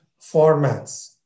formats